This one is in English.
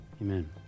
Amen